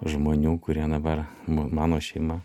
žmonių kurie dabar ma mano šeima